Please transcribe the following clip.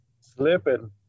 Slipping